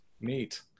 Neat